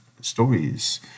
stories